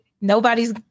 nobody's